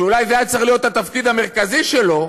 שאולי זה היה צריך להיות התפקיד המרכזי שלו,